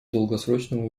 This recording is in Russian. долгосрочного